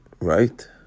Right